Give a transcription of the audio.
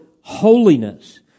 holiness